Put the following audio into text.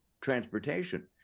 transportation